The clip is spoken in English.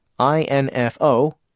info